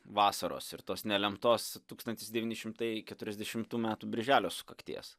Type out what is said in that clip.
vasaros ir tos nelemtos tūkstantis devyni šimtai keturiasdešimtų metų birželio sukakties